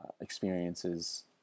experiences